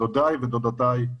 דודיי ודודותיי.